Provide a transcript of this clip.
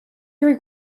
your